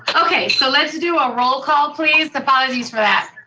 okay, so let's do a roll call, please. apologies for.